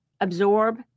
absorb